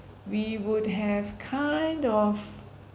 we would have kind of